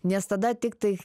nes tada tiktai